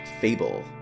Fable